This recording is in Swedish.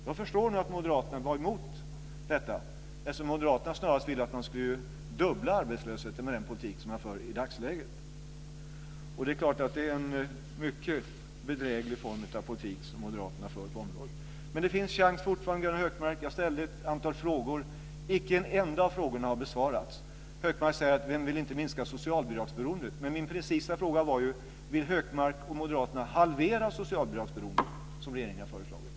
Jag förstår att Moderaterna vare emot detta eftersom Moderaterna snarast vill att man ska fördubbla arbetslösheten med den politik man för i dagsläget. Det är klart att det är en mycket bedräglig form av politik som Moderaterna för på det området. Det finns fortfarande en chans, Gunnar Hökmark. Jag ställde ett antal frågor. Inte en enda av frågorna har besvarats. Hökmark säger: Vem vill inte minska socialbidragsberoendet? Men min precisa fråga var ju: Vill Hökmark och Moderaterna halvera socialbidragsberoendet som regeringen har föreslagit?